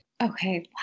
Okay